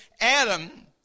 Adam